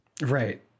Right